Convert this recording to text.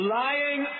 lying